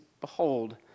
behold